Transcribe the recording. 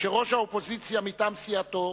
שראש האופוזיציה מטעם סיעתו,